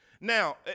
Now